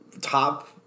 top